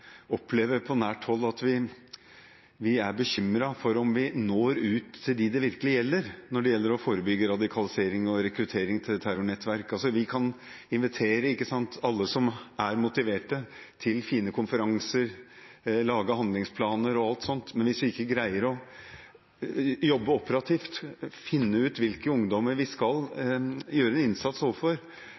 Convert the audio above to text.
opplever på nært hold at vi er bekymret for om vi når ut til dem det virkelig gjelder når det gjelder å forebygge radikalisering og rekruttering til terrornettverk. Vi kan invitere alle som er motiverte, til fine konferanser, lage handlingsplaner og alt sånt. Men hvis vi ikke greier å jobbe operativt og finne ut av hvilke ungdommer vi skal gjøre en innsats overfor,